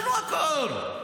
אנחנו הכול.